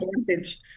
advantage